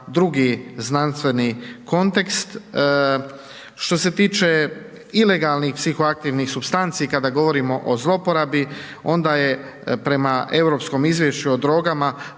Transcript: drugi znanstveni kontekst. Što se tiče ilegalnih psihoaktivnih supstanci kada govorimo o zlouporabi onda je prema Europskom izvješću o drogama